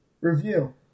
review